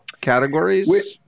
categories